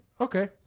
okay